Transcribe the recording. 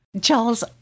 Charles